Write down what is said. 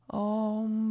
om